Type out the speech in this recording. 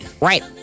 Right